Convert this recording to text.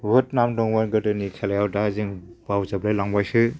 बुहुत नाम दंमोन गोदोनि खेलायाव दा जों बावजोबलाय लांबायसो